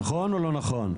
נכון או לא נכון?